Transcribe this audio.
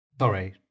Sorry